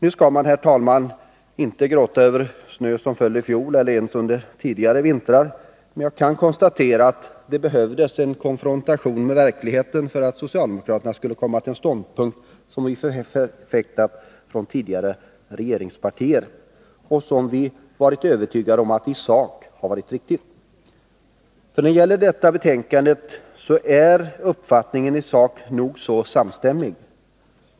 Nu skall man, herr talman, inte gråta om den snö som föll i fjol, eller ens under tidigare vintrar, men jag kan konstatera att det behövdes en konfrontation med verkligheten för att socialdemokraterna skulle komma till samma ståndpunkt som vi förfäktat från tidigare regeringspartier och som vi varit övertygade om i sak varit riktig. När det gäller detta betänkande är uppfattningen i sak nog så samstämmig.